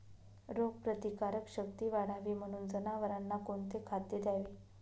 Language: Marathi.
रोगप्रतिकारक शक्ती वाढावी म्हणून जनावरांना कोणते खाद्य द्यावे?